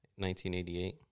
1988